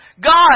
God